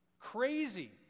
Crazy